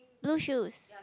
blue shoes